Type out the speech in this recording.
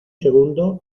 segundo